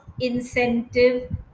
incentive